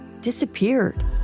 disappeared